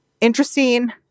interesting